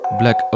Black